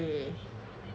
mm